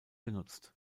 genutzt